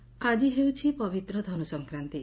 ଶ୍ରୀମ ଆଜି ହେଉଛି ପବିତ୍ର ଧନୁ ସଂକ୍ରାନ୍ତି